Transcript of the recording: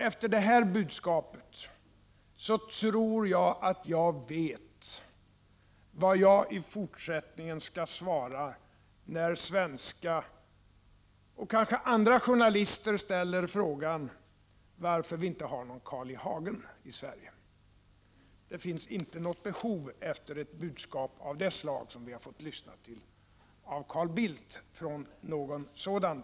Efter det här budskapet tror jag att jag vet vad jag i fortsättningen skall svara när svenska och kanske även utländska journalister ställer frågan varför vi inte har någon Carl I. Hagen i Sverige. Det finns inte behov av någon sådan partiledare i Sverige efter ett budskap av det slag som vi har fått lyssna till från Carl Bildt.